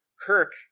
Kirk